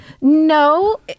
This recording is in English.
no